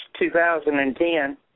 2010